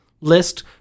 list